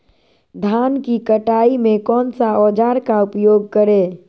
धान की कटाई में कौन सा औजार का उपयोग करे?